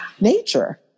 nature